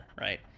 Right